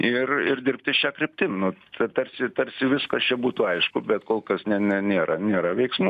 ir ir dirbti šia kryptim nu tarsi tarsi viskas čia būtų aišku bet kol kas ne ne nėra nėra veiksmų